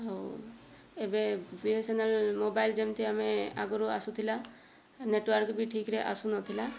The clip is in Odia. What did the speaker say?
ଆଉ ଏବେ ବିଏସ୍ଏନ୍ଏଲ୍ ମୋବାଇଲ ଯେମିତି ଆମେ ଆଗରୁ ଆସୁଥିଲା ନେଟ୍ୱାର୍କ ବି ଠିକ୍ରେ ଆସୁନଥିଲା